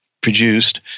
produced